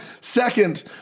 Second